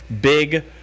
big